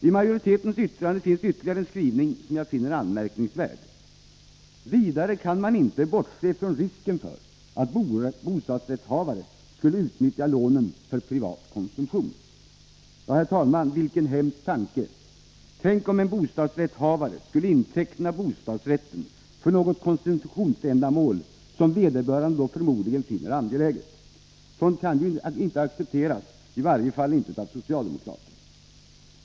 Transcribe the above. I majoritetens yttrande finns ytterligare en skrivning som jag finner anmärkningsvärd: ”Vidare kan man inte bortse från risken för att bostadsrättshavare skulle utnyttja lånen till privat konsumtion i stället för till boendet.” Herr talman! Vilken hemsk tanke! Tänk om en bostadsrättshavare skulle inteckna bostadsrätten för något konsumtionsändamål som vederbörande då förmodligen finner angeläget! Sådant kan ju inte accepteras — i varje fall inte av socialdemokrater.